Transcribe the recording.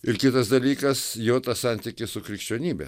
ir kitas dalykas jo tas santykis su krikščionybe